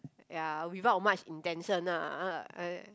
ya without much intention ah I